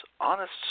honest